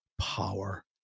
power